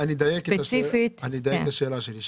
אדייק את השאלה שלי.